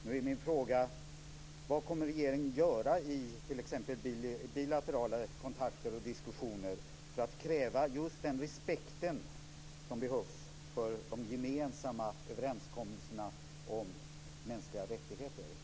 Nu är min fråga: Vad kommer regeringen att göra, t.ex. i bilaterala kontakter och diskussioner, för att kräva den respekt som behövs för de gemensamma överenskommelserna om mänskliga rättigheter?